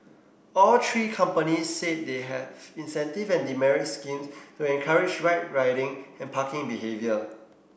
all three companies say they have incentive and demerit scheme to encourage right riding and parking behaviour